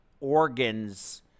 organs